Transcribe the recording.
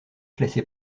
classée